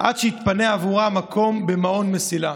עד שיתפנה עבורה מקום במעון מסילה.